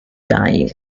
time